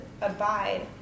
abide